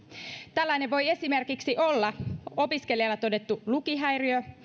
tällainen voi esimerkiksi olla opiskelijalla todettu lukihäiriö